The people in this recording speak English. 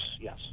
yes